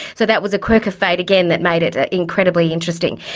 so that was a quirk of fate again that made it incredibly interesting.